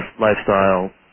lifestyle